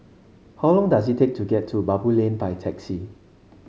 how long does it take to get to Baboo Lane by taxi